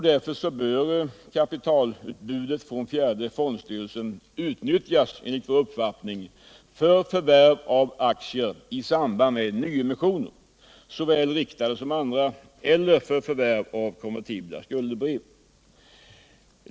Därför bör ”kapitalutbudet” från fjärde fondstyrelsen enligt vår uppfattning utnyttjas för förvärv av aktier, såväl riktade som andra, eller för förvärv av konvertibla skuldebrev.